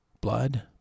Blood